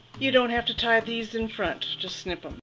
you don't have to tie these in front just snip them.